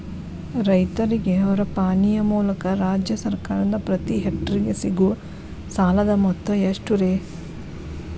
ರೈತರಿಗೆ ಅವರ ಪಾಣಿಯ ಮೂಲಕ ರಾಜ್ಯ ಸರ್ಕಾರದಿಂದ ಪ್ರತಿ ಹೆಕ್ಟರ್ ಗೆ ಸಿಗುವ ಸಾಲದ ಮೊತ್ತ ಎಷ್ಟು ರೇ?